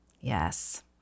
Yes